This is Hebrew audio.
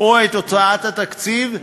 או את הוצאת התקציב,